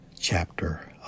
chapter